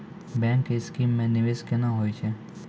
Bank के scheme मे निवेश केना होय छै?